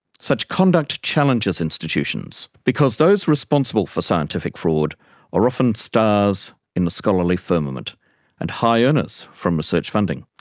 such conduct challenges institutions because those responsible for scientific fraud are often stars in the scholarly firmament and high earners from research funding.